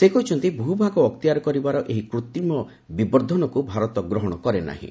ସେ କହିଛନ୍ତି ଭୂଭାଗ ଅକ୍ତିଆର କରିବାର ଏହି କୃତ୍ରିମ ବିବର୍ଦ୍ଧନକୁ ଭାରତ ଗ୍ରହଣ କରେନାହିଁ